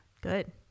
Good